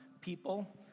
people